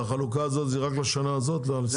החלוקה הזאת היא רק בשנה הזאת, 2023?